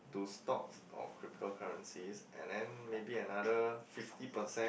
to stocks or cryptocurrencies and then maybe another fifty percent